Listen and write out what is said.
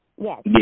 Yes